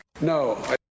No